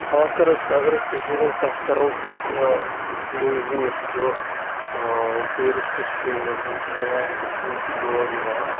خاص کَر أسۍ اگر أسۍ کٔشیٖرِ ہِنٛز کَتھ کَرو ییٚتہِ چھُ ہِندوٗیزم یُس چھُ ٹیوٗرِسٹٕز چھِ نیٚبرِم سیاح یِم چھِ یِم چھِ یور یِوان